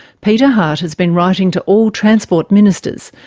peter hart has been writing to all transport ministers,